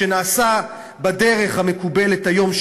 שנעשה בדרך המקובלת היום,